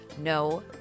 No